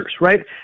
right